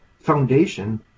foundation